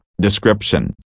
description